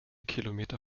kilometer